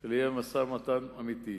אלא יהיה משא-ומתן אמיתי.